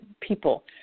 People